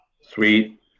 Sweet